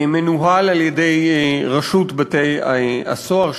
מנוהל על-ידי רשות בתי-הסוהר,